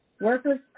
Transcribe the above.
Workers